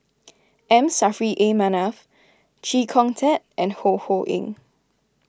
M Saffri A Manaf Chee Kong Tet and Ho Ho Ying